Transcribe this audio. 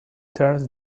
turns